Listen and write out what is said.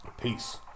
Peace